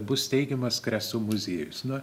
bus steigiamas kresų muziejus na